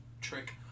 trick